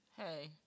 hey